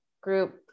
group